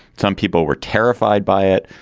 some people were terrified by it.